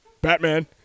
Batman